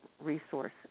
resource